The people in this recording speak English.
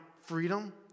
freedom